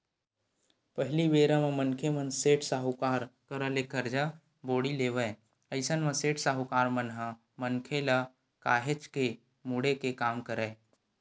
पहिली बेरा म मनखे मन सेठ, साहूकार करा ले करजा बोड़ी लेवय अइसन म सेठ, साहूकार मन ह मनखे मन ल काहेच के मुड़े के काम करय